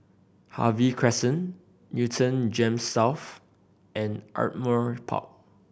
Harvey Crescent Newton GEMS South and Ardmore Park